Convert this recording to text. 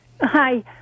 Hi